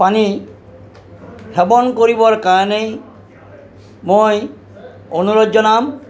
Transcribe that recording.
পানী সেৱন কৰিবৰ কাৰণে মই অনুৰোধ জনাম